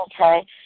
okay